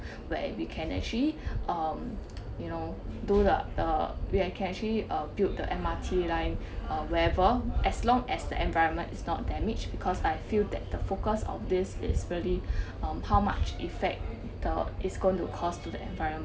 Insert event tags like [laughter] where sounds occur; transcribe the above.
where we can actually um you know do the the we can actually uh build the M_R_T line uh wherever as long as the environment is not damaged because I feel that the focus of this is really [breath] um how much effect the is going to cause to the environment